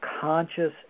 conscious